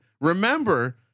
Remember